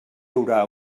haurà